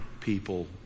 people